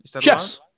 Yes